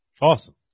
Awesome